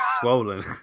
swollen